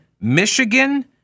Michigan